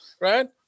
Right